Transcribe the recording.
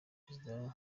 perezida